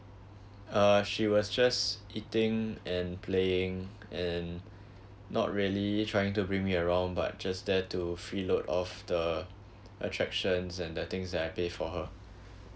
uh she was just eating and playing and not really trying to bring me around but just there to free load of the attractions and the things that I paid for her